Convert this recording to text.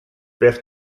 per